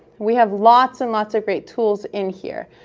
we have lots and lots of great tools in here.